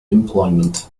employment